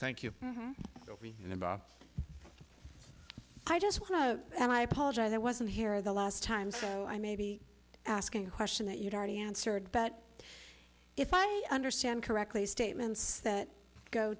thank you and bob i just want to and i apologize i wasn't here the last time so i may be asking a question that you've already answered but if i understand correctly statements that go